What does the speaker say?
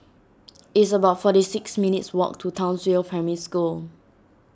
it's about forty six minutes' walk to Townsville Primary School